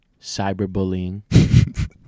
cyberbullying